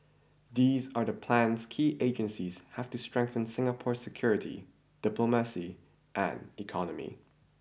these are the plans key agencies have to strengthen Singapore's security diplomacy and economy